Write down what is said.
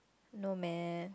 no man